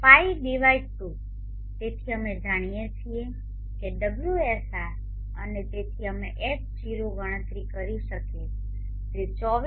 π2 તેથી અમે જાણીયે છીએ કે ωsr અને તેથી અમે H0 ગણતરી કરી શકે જે 24x1